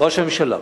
ראש הממשלה.